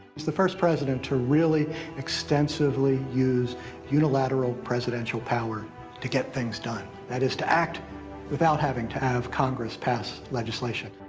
he's the first president to really extensively use unilateral presidential power to get things done. that is, to act without having to have congress pass legislation.